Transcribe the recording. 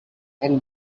and